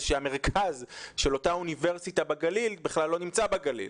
שהמרכז של אותה אוניברסיטה בגליל בכלל לא נמצא בגליל.